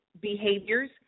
behaviors